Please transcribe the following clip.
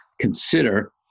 consider